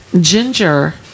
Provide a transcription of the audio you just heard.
ginger